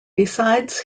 besides